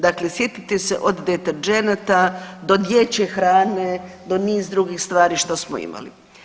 Dakle, sjetite se od deterdženata do dječje hrane, do niz drugih stvari što smo imali.